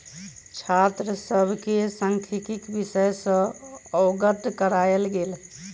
छात्र सभ के सांख्यिकी विषय सॅ अवगत करायल गेल